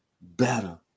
better